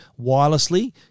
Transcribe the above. wirelessly